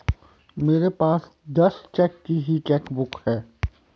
मेरे पास दस चेक की ही चेकबुक है